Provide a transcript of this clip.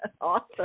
Awesome